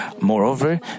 Moreover